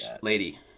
lady